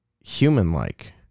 human-like